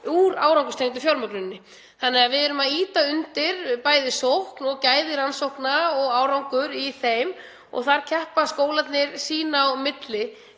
úr árangurstengdu fjármögnuninni. Við erum því að ýta undir bæði sókn og gæði rannsókna og árangur í þeim. Þar keppa skólarnir sín á milli